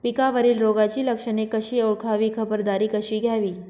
पिकावरील रोगाची लक्षणे कशी ओळखावी, खबरदारी कशी घ्यावी?